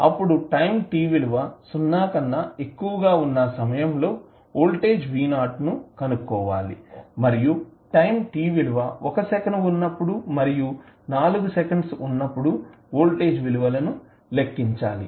అప్పుడు time t విలువ 0 కన్నా ఎక్కువగా ఉన్న సమయంలో వోల్టేజ్ v ను కనుక్కోవాలి మరియు టైం t విలువ 1 సెకను వున్నప్పుడు మరియు 4 సెకండ్స్ వున్నప్పుడు వోల్టేజ్ విలువను లెక్కించాలి